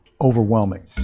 Overwhelming